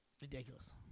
Ridiculous